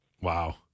Wow